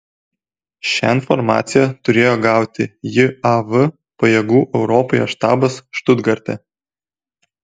šią informaciją turėjo gauti jav pajėgų europoje štabas štutgarte